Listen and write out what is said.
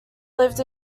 lived